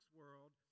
world